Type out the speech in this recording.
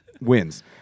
wins